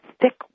thick